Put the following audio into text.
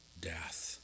death